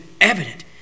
evident